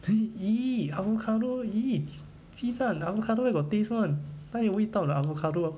uh !ee! avocado !ee! 鸡蛋 avocado where got taste [one] 哪里有味道的 avocado